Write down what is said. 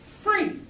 free